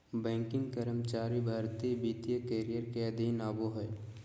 banking कर्मचारी भर्ती वित्तीय करियर के अधीन आबो हय